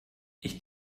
ich